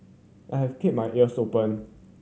I have keep my ears open